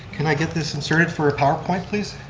can i get this inserted for a powerpoint, please?